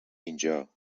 اینجا